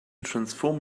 transform